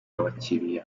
abakiliya